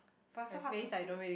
but so hard to put